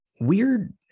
weird